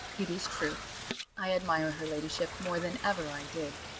it is true i admire her ladyship more than ever i did.